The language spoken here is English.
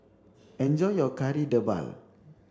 enjoy your Kari Debal